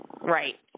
Right